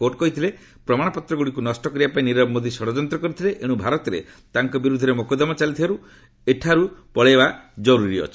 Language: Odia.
କୋର୍ଟ କହିଥିଲେ ପ୍ରମାଣପତ୍ରଗୁଡ଼ିକୁ ନଷ୍ଟ କରିବା ପାଇଁ ନିରବ ମୋଦୀ ଷଡ଼ଯନ୍ତ୍ର କରିଥିଲେ ଏଣୁ ଭାରତରେ ତାଙ୍କ ବିରୁଦ୍ଧରେ ମକୋଦ୍ଦମା ଚାଲିଥିବାରୁ ଏଠାକୁ ପଠାଇବା ଜରୁରୀ ଅଛି